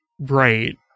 Right